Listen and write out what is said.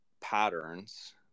patterns